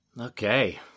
Okay